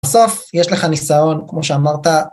בסוף יש לך ניסיון, כמו שאמרת.